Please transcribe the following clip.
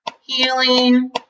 healing